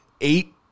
eight